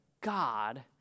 God